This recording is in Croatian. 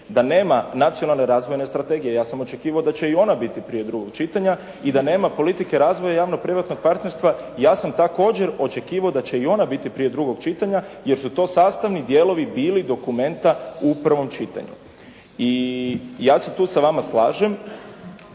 Da nema nacionalne razvojne strategije. Ja sam očekivao da će i ona biti prije drugog čitanja i da nema politike razvoja javno-privatnog partnerstva ja sam također očekivao da će i ona biti prije drugog čitanja jer su to sastavni dijelovi bili dokumenta u prvom čitanju. I ja se tu sa vama slažem